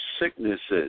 sicknesses